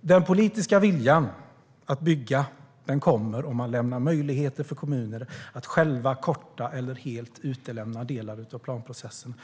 Den politiska viljan att bygga kommer om man ger möjligheter för kommuner att själva korta eller helt utelämna delar av planprocessen.